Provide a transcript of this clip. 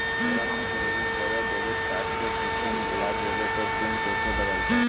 अगर हम क्रेडिट बोया डेबिट कॉर्ड के पिन भूल जइबे तो पिन कैसे बदलते?